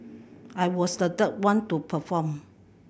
I was the third one to perform